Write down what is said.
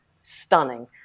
stunning